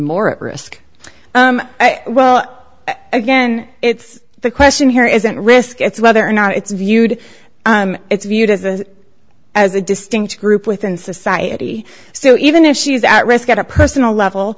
more at risk well again it's the question here isn't risk it's whether or not it's viewed it's viewed as a as a distinct group within society so even if she is at risk at a personal level